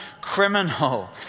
criminal